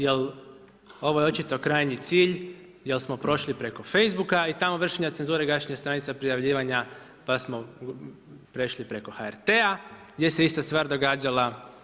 Jer ovo je očito krajnji cilj jer smo prošli preko Facebooka i tamo vršenja cenzure, gašenja stranica, prijavljivanja, pa smo prešli preko HRT-a gdje se ista stvar događala.